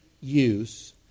use